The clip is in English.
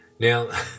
Now